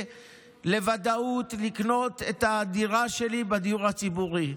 לוודאות לקנות את הדירה שלי בדיור הציבורי?